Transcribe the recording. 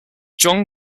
john